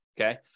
Okay